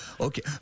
okay